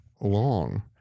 long